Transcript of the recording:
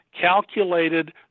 calculated